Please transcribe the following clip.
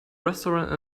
restaurant